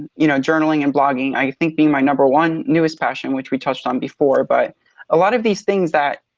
you know, journaling and blogging i think being my number one newest passion which we touched on before. but a lot of these things that